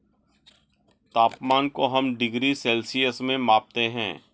तापमान को हम डिग्री सेल्सियस में मापते है